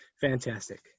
fantastic